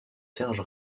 serge